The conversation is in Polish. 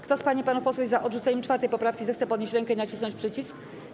Kto z pań i panów posłów jest za odrzuceniem 4. poprawki, zechce podnieść rękę i nacisnąć przycisk.